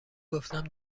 گفتم